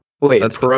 Wait